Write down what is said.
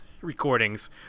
recordings